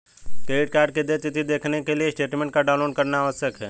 credit card की देय तिथी देखने के लिए स्टेटमेंट को डाउनलोड करना आवश्यक है